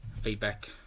feedback